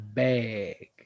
bag